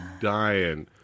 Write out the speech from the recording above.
dying